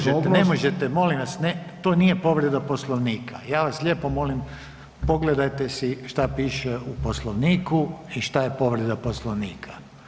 Ne možete, ne možete molim vas ne, to nije povreda Poslovnika, ja vas lijepo molim pogledajte si šta piše u Poslovniku i šta je povreda Poslovnika.